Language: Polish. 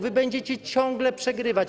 Wy będziecie ciągle przegrywać.